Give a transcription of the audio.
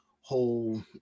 whole